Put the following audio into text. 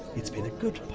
it's been a good